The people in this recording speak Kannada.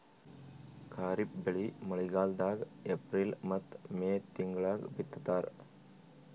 ಖಾರಿಫ್ ಬೆಳಿ ಮಳಿಗಾಲದಾಗ ಏಪ್ರಿಲ್ ಮತ್ತು ಮೇ ತಿಂಗಳಾಗ ಬಿತ್ತತಾರ